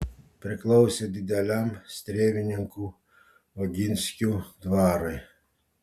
priklausė dideliam strėvininkų oginskių dvarui